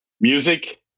music